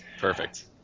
Perfect